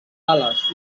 ales